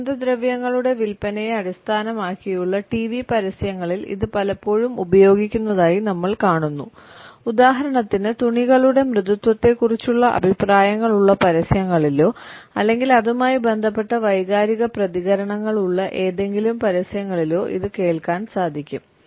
സുഗന്ധദ്രവ്യങ്ങളുടെ വിൽപ്പനയെ അടിസ്ഥാനമാക്കിയുള്ള ടിവി പരസ്യങ്ങളിൽ ഇത് പലപ്പോഴും ഉപയോഗിക്കുന്നതായി നമ്മൾ കാണുന്നു ഉദാഹരണത്തിന് തുണികളുടെ മൃദുത്വത്തെക്കുറിച്ചുള്ള അഭിപ്രായങ്ങൾ ഉള്ള പരസ്യങ്ങളിലോ അല്ലെങ്കിൽ അതുമായി ബന്ധപ്പെട്ട വൈകാരിക പ്രതികരണങ്ങളുള്ള ഏതെങ്കിലും പരസ്യങ്ങളിലോ ഇത് കേൾക്കാൻ സാധിക്കും